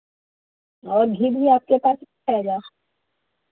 और घी भी आपके पास